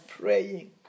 praying